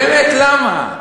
באמת למה?